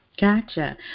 Gotcha